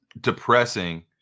depressing